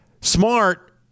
Smart